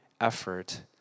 effort